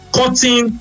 cutting